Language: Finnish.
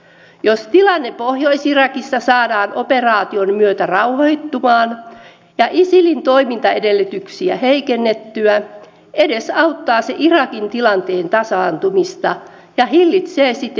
jos saadaan tilanne pohjois irakissa operaation myötä rauhoittumaan ja isilin toimintaedellytyksiä heikennettyä edesauttaa se irakin tilanteen tasaantumista ja hillitsee siten maastamuuttoa